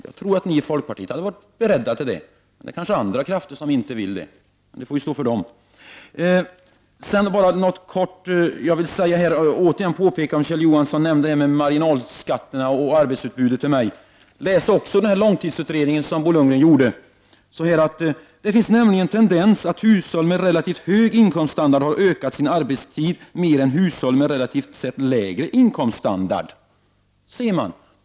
Jag tror att ni i folkpartiet hade varit beredda till det. Det är kanske andra krafter som inte vill det. Det får stå för dem. Kjell Johansson nämnde frågan om marginalskatterna och arbetskraftsutbudet. Läs t.ex. långtidsutredningen! Där står det att det finns en tendens att hushåll med relativt hög inkomststandard har ökat sin arbetstid mer än hushåll med relativt sett lägre inkomststandard. Där ser man!